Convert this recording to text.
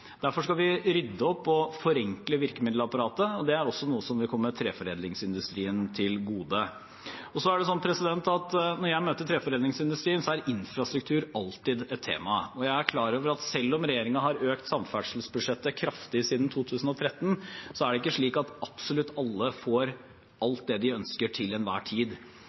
Derfor skal vi rydde opp og forenkle virkemiddelapparatet. Det er noe som også vil komme treforedlingsindustrien til gode. Når jeg møter treforedlingsindustrien, er infrastruktur alltid et tema. Jeg er klar over at selv om regjeringen har økt samferdselsbudsjettet kraftig siden 2013, er det ikke slik at absolutt alle får alt det de ønsker til enhver tid.